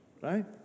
right